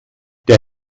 der